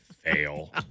Fail